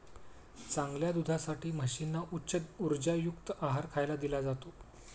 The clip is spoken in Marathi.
चांगल्या दुधासाठी म्हशींना उच्च उर्जायुक्त आहार खायला दिला जातो